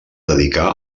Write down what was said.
dedicar